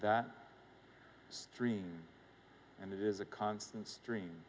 that dream and it is a constant stream